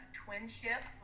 twinship